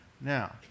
Now